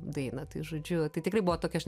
dainą tai žodžiu tai tikrai buvo tokia aš